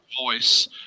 voice